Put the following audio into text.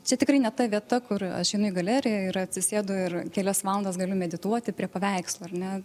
čia tikrai ne ta vieta kur aš einu į galeriją ir atsisėdu ir kelias valandas galiu medituoti prie paveikslo ar ne